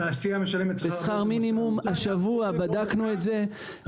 התעשיה משלמת שכר מינימום השבוע בדקנו את זה,